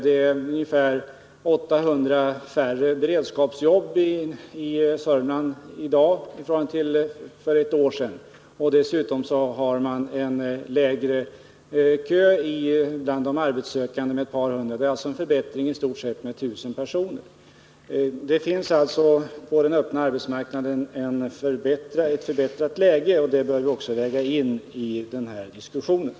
Det finns ungefär 800 färre i beredskapsjobb i Sörmland i dag än för ett år sedan. Dessutom är det ett par hundra personer färre som står i kö för ett arbete. Arbetslösheten har alltså minskat med i stort sett 1 000 personer. Läget på den öppna arbetsmarknaden har alltså förbättrats, och det bör vi också väga in i den här diskussionen.